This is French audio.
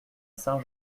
saint